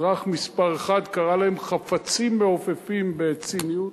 האזרח מספר אחת קרא להם "חפצים מעופפים" בציניות.